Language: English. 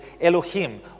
Elohim